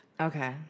Okay